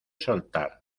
soltar